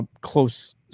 close